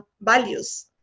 values